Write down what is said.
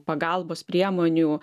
pagalbos priemonių